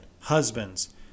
husbands